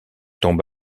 tombe